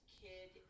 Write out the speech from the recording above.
kid